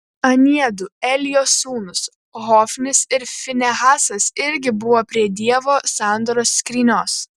aniedu elio sūnūs hofnis ir finehasas irgi buvo prie dievo sandoros skrynios